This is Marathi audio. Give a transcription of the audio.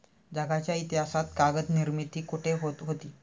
जगाच्या इतिहासात कागद निर्मिती कुठे होत होती?